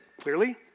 clearly